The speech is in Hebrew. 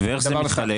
איך זה מתחלק?